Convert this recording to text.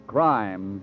Crime